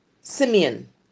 Simeon